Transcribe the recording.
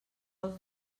els